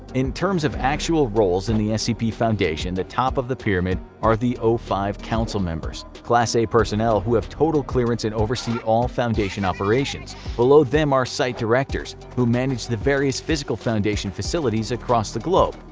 in terms of actual roles in the scp foundation, the top of the pyramid are the o five council members class a personnel who have total clearance and oversee all foundation operations. below them are site directors, who manage the various physical foundation facilities across the globe,